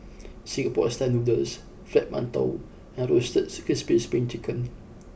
Singapore Style Noodles Fried Manton and Roasted Crispy Spring Chicken